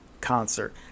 concert